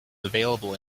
available